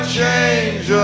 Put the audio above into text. change